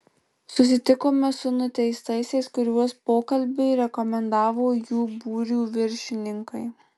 susitikome su nuteistaisiais kuriuos pokalbiui rekomendavo jų būrių viršininkai